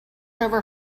over